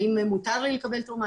האם מותר לי לקבל תרומה,